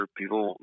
people